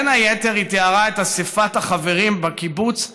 בין היתר היא תיארה את אספת החברים בקיבוץ,